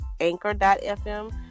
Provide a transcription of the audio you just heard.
anchor.fm